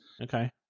okay